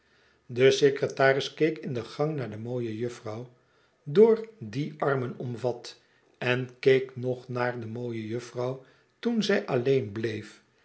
de secretaris keek in de gang naar de mooie jufvou door die armen omvat en keek nog naar de mooie jufvou toen zij alleen bleef